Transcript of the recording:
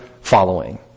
Following